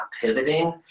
pivoting